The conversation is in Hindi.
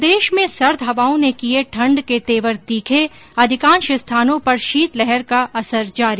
प्रदेश में सर्द हवाओं ने किये ठंड के तेवर तीखे अधिकांश स्थानों पर शीतलहर का असर जारी